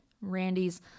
randy's